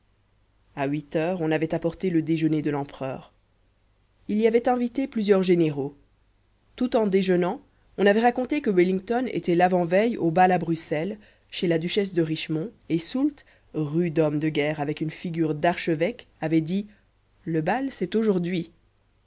à huit heures on avait apporté le déjeuner de l'empereur il y avait invité plusieurs généraux tout en déjeunant on avait raconté que wellington était l'avant-veille au bal à bruxelles chez la duchesse de richmond et soult rude homme de guerre avec une figure d'archevêque avait dit le bal c'est aujourd'hui